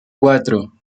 cuatro